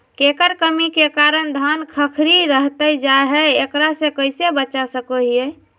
केकर कमी के कारण धान खखड़ी रहतई जा है, एकरा से कैसे बचा सको हियय?